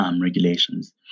regulations